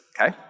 okay